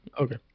Okay